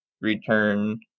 return